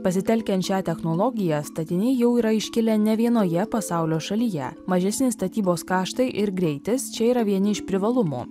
pasitelkiant šią technologiją statiniai jau yra iškilę ne vienoje pasaulio šalyje mažesni statybos kaštai ir greitis čia yra vieni iš privalumų